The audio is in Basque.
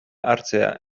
hartzea